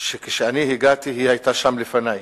שכשאני הגעתי היא היתה שם לפני.